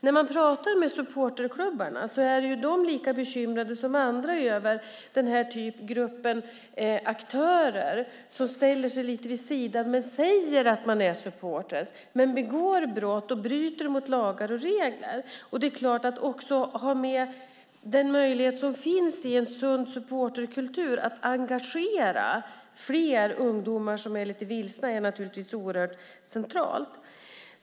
När man pratar med supporterklubbarna är de lika bekymrade som andra över den här gruppen aktörer, som ställer sig lite vid sidan, säger att de är supportrar men begår brott och bryter mot lagar och regler. Att också ha med den möjlighet som finns i en sund supporterkultur att engagera fler ungdomar som är lite vilsna är naturligtvis oerhört centralt.